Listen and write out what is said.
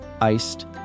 iced